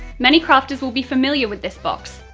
many crafters will be familiar with this box,